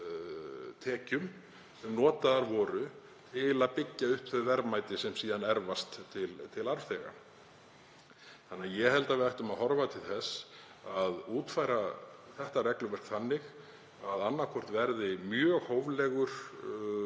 sem notaðar voru til að byggja upp þau verðmæti sem síðan erfast til arfþega. Ég held að við ættum að horfa til þess að útfæra þetta regluverk þannig að annaðhvort verði mjög hóflegur